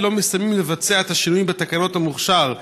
לא מסיימים לבצע את השינויים בתקנות המוכש"ר,